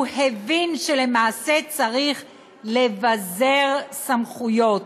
הוא הבין שלמעשה צריך לבזר סמכויות